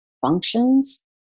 functions